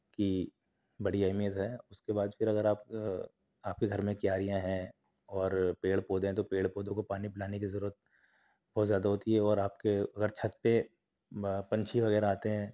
کی بڑی اہمیت ہے اس کے بعد پھر اگر آپ آپ کے گھر میں کیاریاں ہیں اور پیڑ پودے ہیں تو پیڑ پودوں کو پانی پلانے کی ضرورت بہت زیادہ ہوتی ہے اور آپ کے اگر چھت پہ پنچھی وغیرہ آتے ہیں